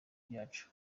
byacu